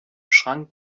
schrank